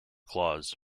claws